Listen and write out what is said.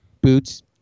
boots